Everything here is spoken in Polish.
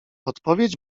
odpowiedź